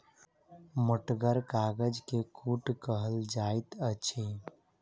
मोटगर कागज के कूट कहल जाइत अछि